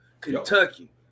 Kentucky